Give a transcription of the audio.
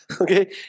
Okay